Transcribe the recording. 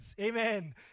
Amen